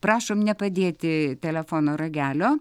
prašom nepadėti telefono ragelio